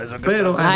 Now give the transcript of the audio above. Pero